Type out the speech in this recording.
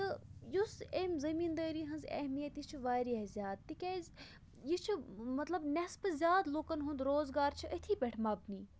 تہٕ یُس اَمہِ زٔمیٖندٲری ہِنٛز ایٚہمِیت یہِ چھِ واریاہ زِیادٕ تِکیاز یہِ چھُ مَطلب نیصفہٕ زیادٕ لُکَن ہُنٛد روزگار چھ أتھی پٮ۪ٹھ مَبنی